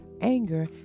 anger